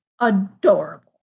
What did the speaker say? adorable